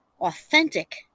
authentic